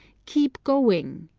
keep going.